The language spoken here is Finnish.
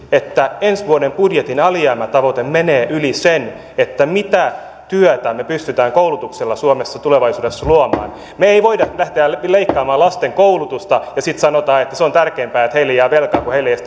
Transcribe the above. että ensi vuoden budjetin alijäämätavoite menee yli sen mitä työtä me pystymme koulutuksella suomessa tulevaisuudessa luomaan me emme voi lähteä leikkaamaan lasten koulutuksesta ja sitten sanoa että se on tärkeämpää että heille ei jää velkaa kun heille ei edes